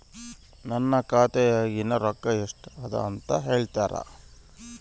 ನನ್ನ ಖಾತೆಯಾಗಿನ ರೊಕ್ಕ ಎಷ್ಟು ಅದಾ ಅಂತಾ ಹೇಳುತ್ತೇರಾ?